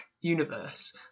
universe